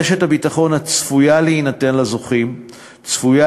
רשת הביטחון הצפויה להינתן לזוכים צפויה